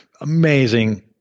amazing